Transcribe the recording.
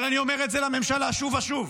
אבל אני אומר את זה לממשלה שוב ושוב: